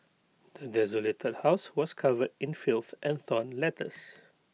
the desolated house was covered in filth and torn letters